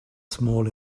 small